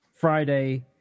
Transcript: Friday